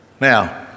Now